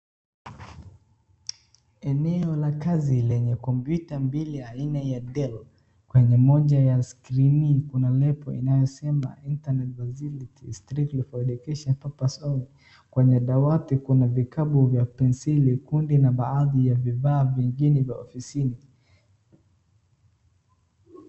Eneo la kazi lenye kompyuta mbili aina ya [ cs] dell kwenye moja ya skrini kuna label inayosema Internet facility is strictly for educational purposes only kwenye dawati kuna vikapu vya penseli kundi na baadhi ya vifaa vingine vya ofisini .